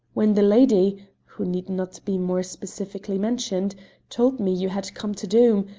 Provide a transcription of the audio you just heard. when the lady who need not be more specifically mentioned told me you had come to doom,